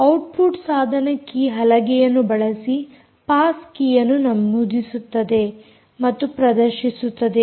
output ಸಾಧನ key ಹಲಗೆಯನ್ನು ಬಳಸಿ ಪಾಸ್ ಕೀಯನ್ನು ನಮೂದಿಸುತ್ತದೆ ಮತ್ತು ಪ್ರದರ್ಶಿಸುತ್ತದೆ